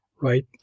right